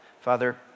Father